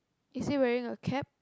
is he wearing a cap